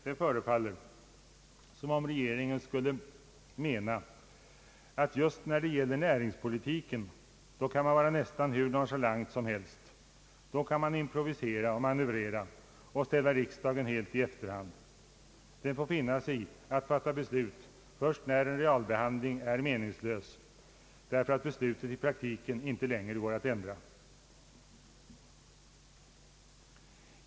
Det förefaller som om regeringen skulle anse att just när det gäller näringspolitiken kan man vara nästan hur nonchalant som helst. Då kan man improvisera och manövrera och ställa riksdagen helt i efterhand. Den får finna sig i att fatta beslut först när en realbehandling är meningslös, därför att beslutet i praktiken inte längre går att ändra.